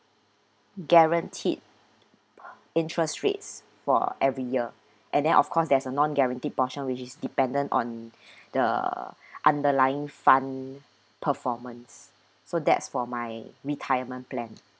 guaranteed interest rates for every year and then of course there's a non guaranteed portion which is dependent on the underlying fund performance so that's for my retirement plan